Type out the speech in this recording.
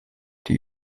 die